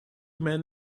men